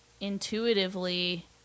intuitively